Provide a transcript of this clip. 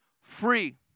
free